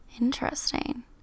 Interesting